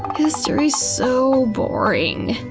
history's so boring,